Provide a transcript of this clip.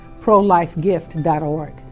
ProLifeGift.org